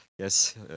Yes